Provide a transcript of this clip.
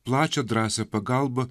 plačią drąsią pagalbą